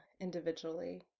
individually